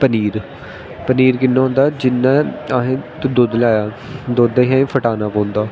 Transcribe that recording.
पनीर पनीर कियां होंदा जियां असें दुद्ध लैत्ता दुद्ध असें फटाना पौंदा